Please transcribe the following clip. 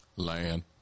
land